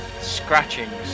Scratchings